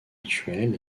actuel